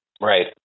Right